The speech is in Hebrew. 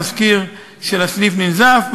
המזכיר של הסניף ננזף,